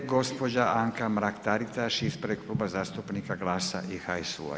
Gospođa Anka Mrak-Taritaš ispred Kluba zastupnika GLAS-a i HSU-a.